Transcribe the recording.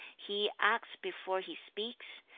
he acts before he speaks,